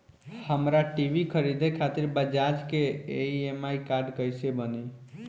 हमरा टी.वी खरीदे खातिर बज़ाज़ के ई.एम.आई कार्ड कईसे बनी?